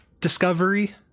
discovery